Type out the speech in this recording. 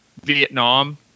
Vietnam